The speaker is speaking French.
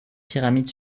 pyramide